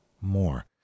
more